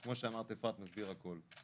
כמו שאמרת אפרת, זה מסביר הכל.